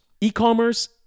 E-commerce